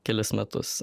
kelis metus